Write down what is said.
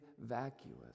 vacuous